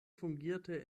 fungierte